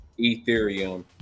Ethereum